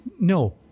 No